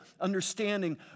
understanding